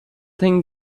think